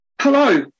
hello